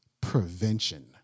prevention